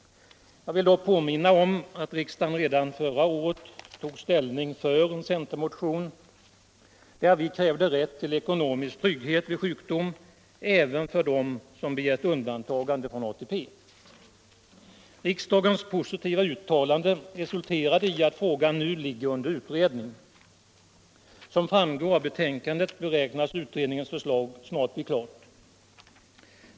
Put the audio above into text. Jag vill då påminna om att riksdagen redan förra året tog ställning för en centermotion där vi krävde rätt till ekonomisk trygghet vid sjukdom även för dem som begärt undantagande 37 från ATP. Riksdagens positiva uttalande resulterade i att frågan nu är under utredning. Som framgår av betänkandet beräknas utredningens förslag snart bli klart.